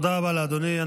תודה רבה לאדוני.